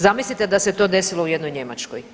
Zamislite da se to desilo u jednoj Njemačkoj?